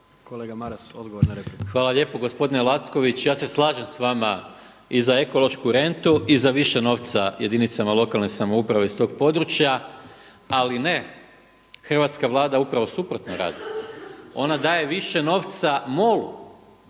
**Maras, Gordan (SDP)** Hvala lijepo gospodine Lacković. Ja se slažem sa vama i za ekološku rentu i za više novca jedinicama lokalne samouprave iz tog područja, ali ne hrvatska Vlada upravo suprotno radi. Ona daje više novca MOL-u.